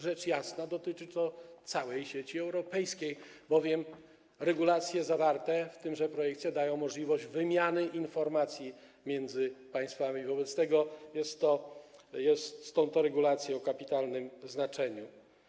Rzecz jasna dotyczy to całej sieci europejskiej, bowiem regulacje zawarte w tymże projekcie dają możliwość wymiany informacji między państwami, wobec czego są to regulacje o kapitalnym znaczeniu.